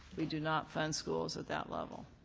we do not fund schools at that level.